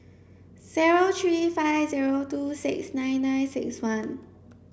zero three five zero two six nine nine six one